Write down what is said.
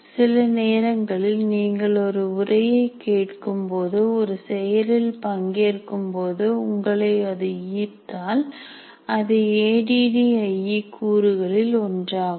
சில நேரங்களில் நீங்கள் ஒரு உரையை கேட்கும் போதோ ஒரு செயலில் பங்கேற்கும் போதோ உங்களை அது ஈர்த்தால் அது A D D I E கூறுகளில் ஒன்றாகும்